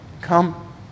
come